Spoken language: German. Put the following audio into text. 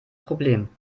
problem